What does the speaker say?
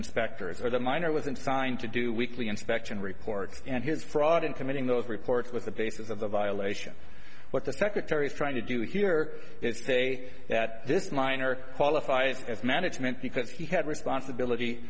inspectors or the miner was in signed to do weekly inspection reports and his fraud in committing those reports was the basis of the violation what the secretary is trying to do here is to say that this miner qualifies as management because he had responsibility